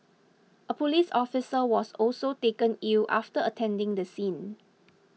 a police officer was also taken ill after attending the scene